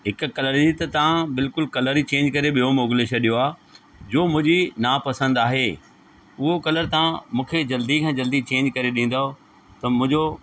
हिकु कलर जी त तव्हां बिल्कुलु कलर ई चेंज करे ॿियो मोकिले छॾियो आहे जो मुंहिंजी नापसंदि आहे उहो कलर तव्हां मूंखे जल्दी खां जल्दी चेंज करे ॾींदुव त मुंहिंजो